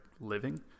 living